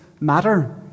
matter